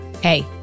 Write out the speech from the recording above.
Hey